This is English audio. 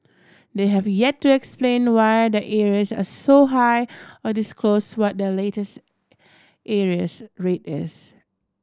they have yet to explain why their arrears are so high or disclose what their latest arrears rate is